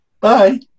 Bye